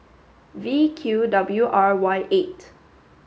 V Q W R Y eight